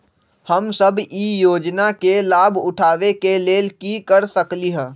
हम सब ई योजना के लाभ उठावे के लेल की कर सकलि ह?